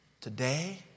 today